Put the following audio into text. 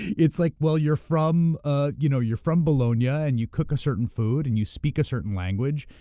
it's like, well, you're from ah you know you're from bologna, ah and you cook a certain food, and you speak a certain language,